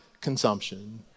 consumption